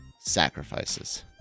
sacrifices